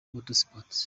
motorsport